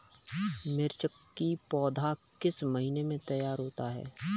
मिर्च की पौधा किस महीने में तैयार होता है?